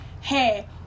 hey